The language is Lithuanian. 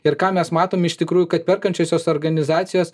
ir ką mes matom iš tikrųjų kad perkančiosios organizacijos